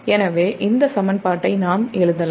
எனவே இந்த சமன்பாட்டை நாம் எழுதலாம்